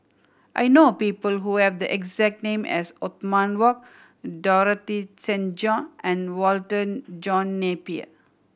I know people who have the exact name as Othman Wok Dorothy Tessensohn and Walter John Napier